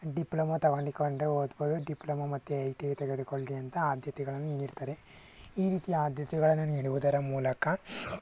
diploma ತೆಗೆದುಕೊಂಡು ಓದ್ಬೋದು diploma ಮತ್ತೆ ಐ ಟಿ ಐ ತೆಗೆದುಕೊಳ್ಳಿ ಅಂತ ಆದ್ಯತೆಗಳನ್ನ ನೀಡ್ತಾರೆ ಈ ರೀತಿ ಆದ್ಯತೆಗಳನ್ನು ನೀಡುವುದರ ಮೂಲಕ